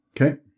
Okay